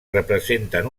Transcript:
representen